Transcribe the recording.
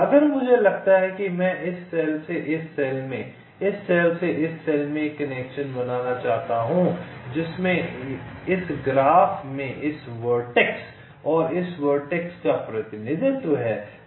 अगर मुझे लगता है कि मैं इस सेल से इस सेल में इस सेल से इस सेल में एक कनेक्शन बनाना चाहता हूं जिसमें इस ग्राफ में इस वर्टेक्स और इस वर्टेक्स का प्रतिनिधित्व है